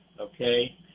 okay